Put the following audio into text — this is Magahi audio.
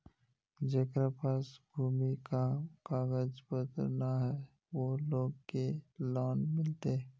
जेकरा पास भूमि का कागज पत्र न है वो लोग के लोन मिलते?